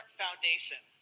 foundation